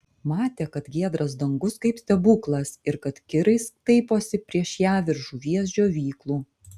matė kad giedras dangus kaip stebuklas ir kad kirai staiposi prieš ją virš žuvies džiovyklų